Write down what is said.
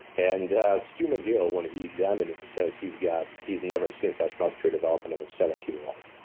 and stu mcgill, when he examined him, he says he's got he's never seen such muscular development of a seventy year old.